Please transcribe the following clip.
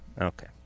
Okay